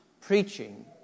Preaching